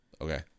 Okay